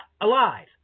alive